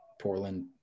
Portland